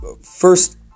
first